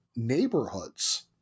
neighborhoods